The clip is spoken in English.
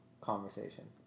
conversation